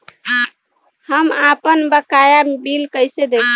हम आपनबकाया बिल कइसे देखि?